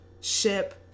ship